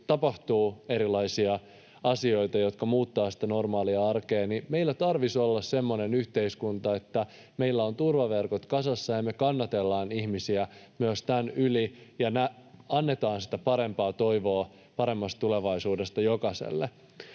tapahtuu erilaisia asioita, jotka muuttavat normaalia arkea, meillä tarvitsisi olla semmoinen yhteiskunta, että meillä on turvaverkot kasassa ja me kannatellaan ihmisiä myös tämän yli ja annetaan toivoa paremmasta tulevaisuudesta jokaiselle.